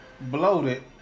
bloated